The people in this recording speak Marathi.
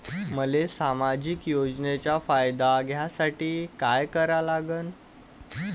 मले सामाजिक योजनेचा फायदा घ्यासाठी काय करा लागन?